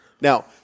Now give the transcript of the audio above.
Now